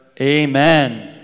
Amen